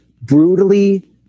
brutally